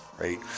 right